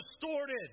distorted